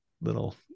little